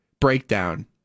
breakdown